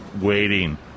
waiting